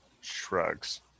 shrugs